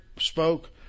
spoke